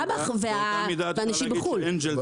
דב"ח והאנשים בחו"ל.